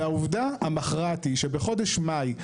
והעובדה המכרעת היא שבחודש מאי,